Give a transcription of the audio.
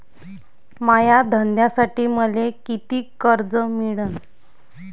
माया धंद्यासाठी मले कितीक कर्ज मिळनं?